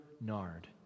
nard